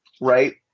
Right